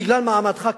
בגלל מעמדך,